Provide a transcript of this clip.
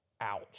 Ouch